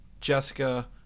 jessica